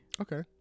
Okay